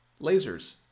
lasers